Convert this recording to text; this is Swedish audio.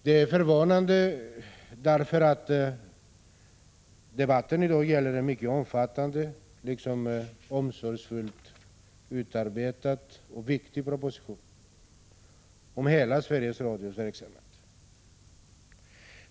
Det är förvånande därför att debatten i dag gäller en mycket omfattande liksom omsorgsfullt utarbetad och viktig proposition om hela Sveriges Radios verksamhet.